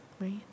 right